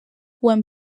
when